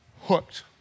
hooked